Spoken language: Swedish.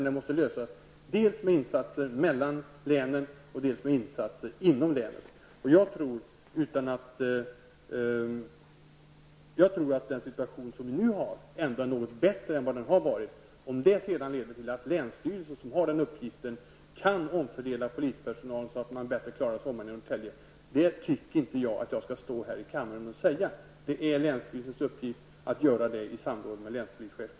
Det måste lösas genom insatser mellan länen och inom länen. Jag tror dock att den situation som vi nu har ändock är något bättre än vad den har varit. Om det sedan leder till att länsstyrelsen som har den uppgiften kan omfördela polispersonal så att man bättre klarar sommaren i Norrtälje, tycker jag inte att jag skall stå här i kammaren och säga. Det är länsstyrelsens uppgift att göra det i samråd med länspolischefen.